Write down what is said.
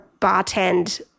bartend